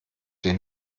den